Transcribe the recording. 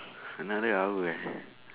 another hour eh